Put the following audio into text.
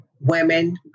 women